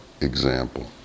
example